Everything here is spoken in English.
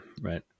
right